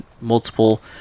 multiple